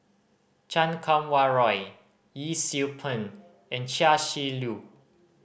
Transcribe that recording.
Chan Kum Wah Roy Yee Siew Pun and Chia Shi Lu